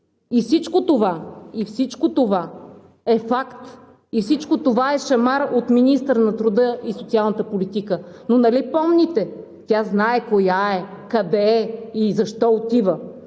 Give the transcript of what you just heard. Всичко това е факт и всичко това е шамар от министъра на труда и социалната политика, но нали помните – тя знае коя е, къде е и защо отива?!